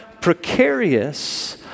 precarious